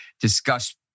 discuss